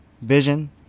vision